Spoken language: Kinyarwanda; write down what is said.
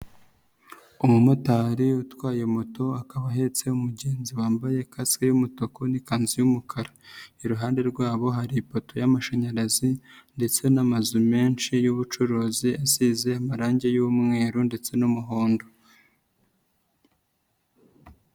Umumotari utwaye moto akaba ahetse umugenzi wambaye kase y'umutuku n'ikanzu y'umukara, iruhande rwabo hari ipoto y'amashanyarazi ndetse n'amazu menshi y'ubucuruzi asize amarangi y'umweru ndetse n'umuhondo.